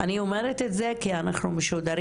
אני אומרת את זה כי אנחנו משודרים,